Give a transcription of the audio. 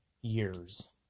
years